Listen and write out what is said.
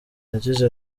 yagize